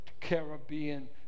Caribbean